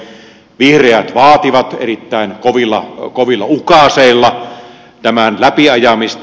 vihreät vaativat erittäin kovilla ukaaseilla tämän läpiajamista